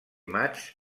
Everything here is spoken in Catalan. matxs